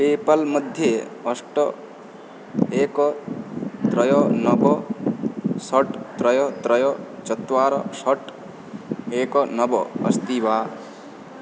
people मध्ये अष्ट एक त्रयः नव षड् त्रयः त्रयः चत्वारः षट् एकं नव अस्ति वा